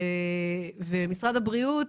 משרד הבריאות